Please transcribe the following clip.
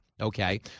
Okay